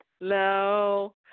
No